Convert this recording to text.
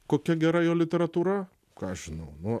kokia gera jo literatūra ką aš žinau nu